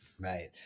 right